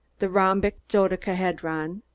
the rhombic dodecahedron,